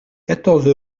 quatorze